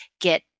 get